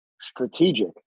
strategic